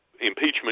impeachment